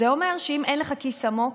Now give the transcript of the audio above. זה אומר שאם אין לך כיס עמוק,